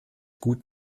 gut